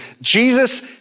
Jesus